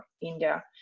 India